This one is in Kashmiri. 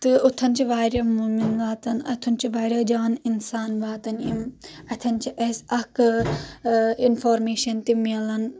تہٕ اوٚتَن چھِ واریاہ مومن واتان اوٚتن چھِ واریاہ جان انسان واتان یِم اتٮ۪ن چھِ اسہِ اکھ انفارمیشن تہِ مِلان